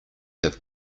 have